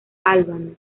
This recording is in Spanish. albano